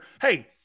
Hey